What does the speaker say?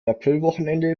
aprilwochenende